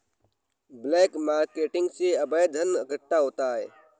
black marketing से अवैध धन इकट्ठा होता है